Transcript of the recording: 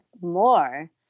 more